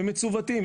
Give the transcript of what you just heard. הם מצוותים,